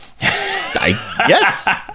Yes